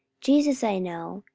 jesus i know,